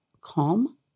calm